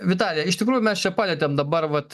vitalija iš tikrųjų mes čia palietėm dabar vat